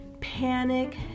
panic